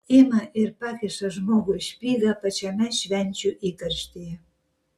ima ir pakiša žmogui špygą pačiame švenčių įkarštyje